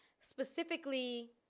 specifically